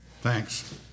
Thanks